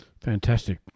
Fantastic